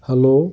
hello